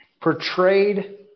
Portrayed